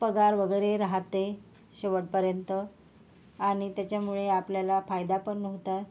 पगार वगैरे राहते शेवटपर्यंत आणि त्याच्यामुळे आपल्याला फायदा पण होता